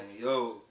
yo